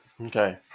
okay